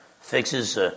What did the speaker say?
fixes